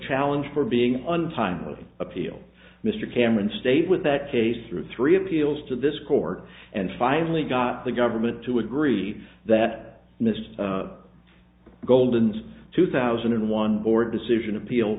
challenge for being untimely appeal mr cameron stayed with that case through three appeals to this court and finally got the government to agree that mister golden's two thousand and one board decision appeal